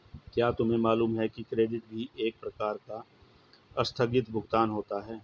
क्या तुम्हें मालूम है कि क्रेडिट भी एक प्रकार का आस्थगित भुगतान होता है?